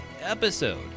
episode